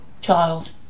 child